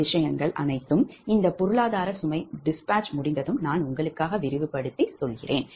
மற்ற விஷயங்கள் அனைத்தும் இந்த பொருளாதார சுமை dispatch முடிந்ததும் நான் உங்களுக்காகப் விரிவுபடுத்தி சொல்கிறேன்